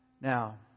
Now